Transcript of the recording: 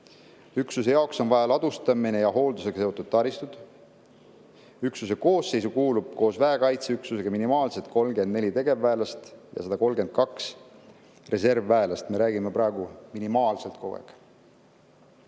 Üksuse jaoks on vaja ladustamise ja hooldusega seotud taristuid. Üksuse koosseisu kuulub koos väekaitseüksusega minimaalselt 34 tegevväelast ja 132 reservväelast. Me räägime praegu minimaalsest